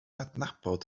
adnabod